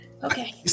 Okay